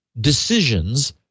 decisions